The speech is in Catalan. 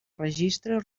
registre